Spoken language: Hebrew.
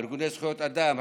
ארגוני זכויות אדם,